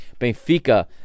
Benfica